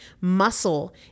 Muscle